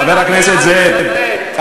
חבר הכנסת זאב,